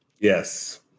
Yes